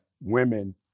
Women